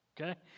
Okay